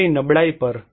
મારી નબળાઈ પર